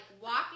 walking